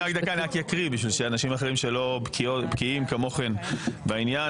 אני רק אקריא בשביל אנשים אחרים שלא בקיאים כמוכן בעניין.